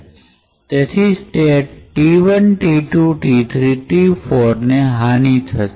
એથી state t ૧ t ૨ t૩ t ૪ ને હાની થશે